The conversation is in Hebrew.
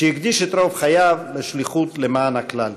שהקדיש את רוב חייו לשליחות למען הכלל.